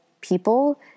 people